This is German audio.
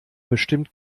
bestimmt